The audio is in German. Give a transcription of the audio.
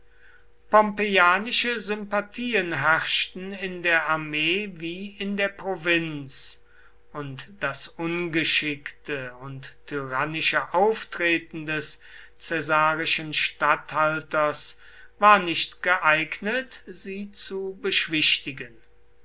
pompeianische sympathien herrschten in der armee wie in der provinz und das ungeschickte und tyrannische auftreten des caesarischen statthalters war nicht geeignet sie zu beschwichtigen